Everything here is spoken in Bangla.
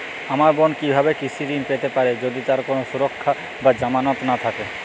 আমার বোন কীভাবে কৃষি ঋণ পেতে পারে যদি তার কোনো সুরক্ষা বা জামানত না থাকে?